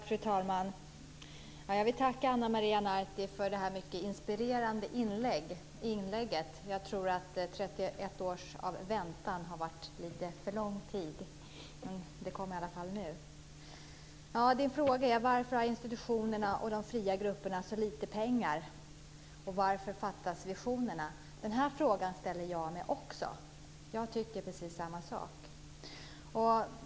Fru talman! Jag vill tacka Ana Maria Narti för detta mycket inspirerande inlägg. Jag tror att 31 år av väntan på ett svar har varit lite för lång tid, men debatten kom i alla fall nu. Ana Marias fråga är varför institutionerna och de fria grupperna har så lite pengar och varför visionerna fattas. Denna fråga ställer jag mig också. Jag tycker precis samma sak.